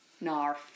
Narf